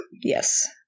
Yes